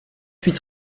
huit